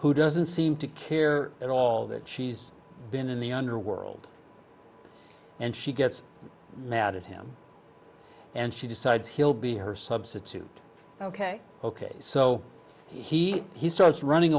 who doesn't seem to care at all that she's been in the underworld and she gets mad at him and she decides he'll be her substitute ok ok so he he starts running